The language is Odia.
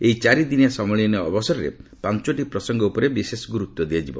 ଏହି ଚାରିଦିନିଆ ସମ୍ମିଳନୀ ଅବସରରେ ପାଞ୍ଚୋଟି ପ୍ରସଙ୍ଗ ଉପରେ ବିଶେଷ ଗୁରୁତ୍ୱ ଦିଆଯିବ